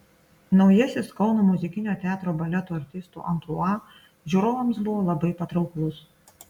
naujasis kauno muzikinio teatro baleto artistų amplua žiūrovams buvo labai patrauklus